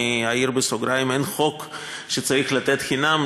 אני אעיר בסוגריים שאין חוק שצריך לתת חינם,